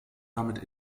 damit